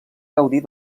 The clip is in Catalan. gaudir